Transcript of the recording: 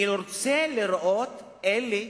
אני רוצה לראות את אלה